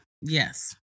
Yes